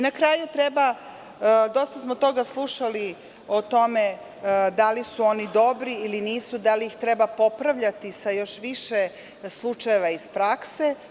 Na kraju, dosta smo toga slušali o tome da li su oni dobri ili nisu i da li ih treba popravljati sa još više slučajeva iz prakse.